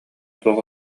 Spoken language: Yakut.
суох